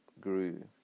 grew